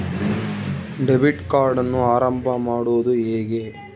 Debit ಕಾರ್ಡನ್ನು ಆರಂಭ ಮಾಡೋದು ಹೇಗೆ?